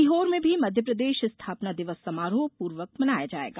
सीहोर में भी मध्यप्रदेश स्थापना दिवस समारोह पूर्वक मनाया जायेगा